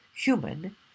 human